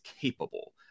capable